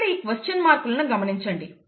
ఇక్కడ ఈ క్వశ్చన్ మార్కులను గమనించండి